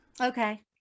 okay